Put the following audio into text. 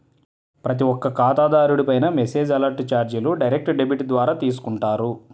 ప్రతి ఒక్క ఖాతాదారుడిపైనా మెసేజ్ అలర్ట్ చార్జీలు డైరెక్ట్ డెబిట్ ద్వారా తీసుకుంటారు